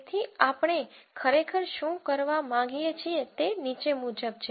તેથી આપણે ખરેખર શું કરવા માંગીએ છીએ તે નીચે મુજબ છે